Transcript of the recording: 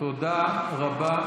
תודה רבה.